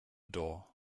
door